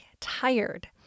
tired